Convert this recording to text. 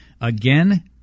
Again